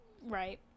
Right